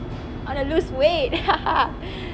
I wanna lose weight haha